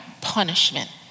punishment